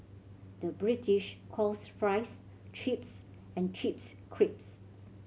the British calls fries chips and chips crisps